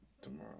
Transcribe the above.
Tomorrow